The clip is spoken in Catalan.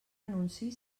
anunci